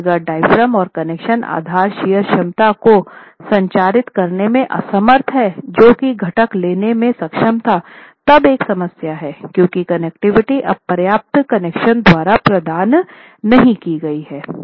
लेकिन अगर डायाफ्राम और कनेक्शन आधार शियर क्षमता को संचारित करने में असमर्थ हैं जो कि घटक लेने में सक्षम था तब एक समस्या है क्योंकि कनेक्टिविटी अब पर्याप्त कनेक्शन द्वारा प्रदान नहीं की गई है